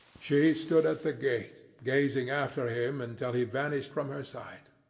she stood at the gate, gazing after him until he vanished from her sight.